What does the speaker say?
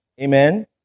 Amen